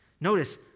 Notice